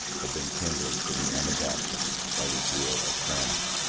had been kindled for the anabaptists by the zeal of cranmer.